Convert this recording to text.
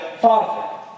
Father